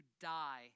die